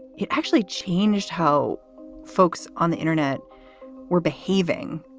it actually changed how folks on the internet were behaving.